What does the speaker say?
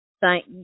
thank